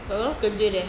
tak tahu kerja dia